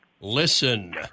Listen